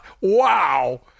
Wow